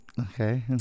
okay